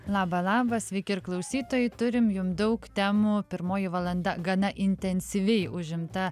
laba laba sveiki ir klausytojai turim jum daug temų pirmoji valanda gana intensyviai užimta